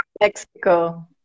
Mexico